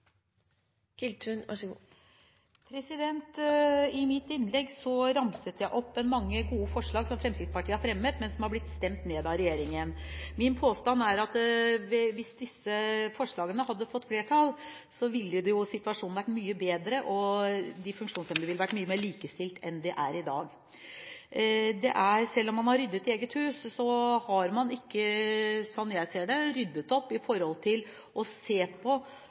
I mitt innlegg ramset jeg opp mange gode forslag som Fremskrittspartiet har fremmet, men som har blitt stemt ned av regjeringen. Min påstand er at hvis disse forslagene hadde fått flertall, ville situasjonen vært mye bedre, og de funksjonshemmede ville vært mye mer likestilt enn de er i dag. Selv om man har ryddet i eget hus, har man ikke, slik jeg ser det, ryddet opp med hensyn til å se på